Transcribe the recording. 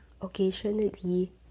Occasionally